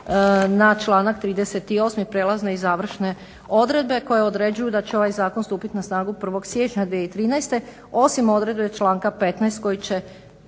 na članak 38. – prijelazne i završne odredbe koje određuju da će ovaj zakon stupiti na snagu 1. siječnja 2013. osim odredbe članka 15. koji će